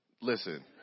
listen